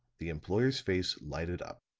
the employer's face lighted up.